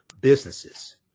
businesses